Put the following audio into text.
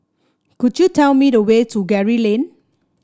could you tell me the way to Gray Lane